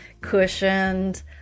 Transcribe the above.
cushioned